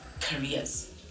careers